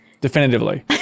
Definitively